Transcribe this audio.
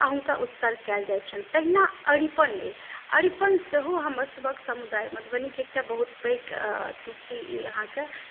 आ हुनका उत्सर्ग कयल जाइत छनि तहिना अरिपन अहि अरिपन सेहो हमर सभक समुदाय मधुबनीके एकटा बहुत पैघ अथी छी ई अहाँकेँ